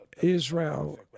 Israel